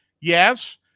yes